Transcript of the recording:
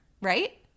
right